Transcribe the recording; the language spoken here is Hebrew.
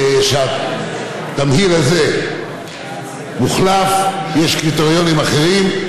שהתמהיל הזה מוחלף, ויש קריטריונים אחרים.